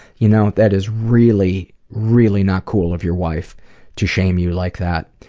you know that is really, really not cool of your wife to shame you like that.